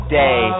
day